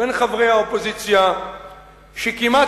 בין חברי האופוזיציה שכמעט